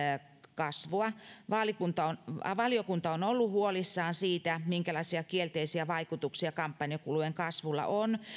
kasvua valiokunta on valiokunta on ollut huolissaan siitä minkälaisia kielteisiä vaikutuksia kampanjakulujen kasvulla on